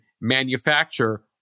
manufacture